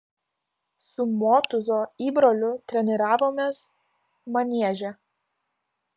su motūzo įbroliu treniravomės manieže